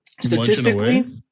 Statistically